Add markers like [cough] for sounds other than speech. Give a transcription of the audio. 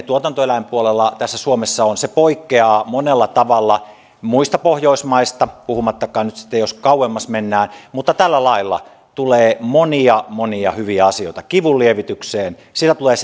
[unintelligible] tuotantoeläinpuolella suomessa on se poikkeaa monella tavalla muista pohjoismaista puhumattakaan nyt sitten jos kauemmas mennään mutta tällä lailla tulee monia monia hyviä asioita kivunlievitykseen siellä tulee [unintelligible]